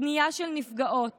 פנייה של נפגעות